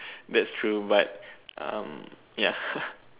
that's true but um ya